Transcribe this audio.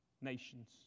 nations